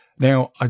Now